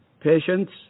patients